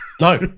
No